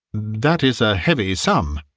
that is a heavy sum.